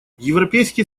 европейский